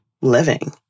living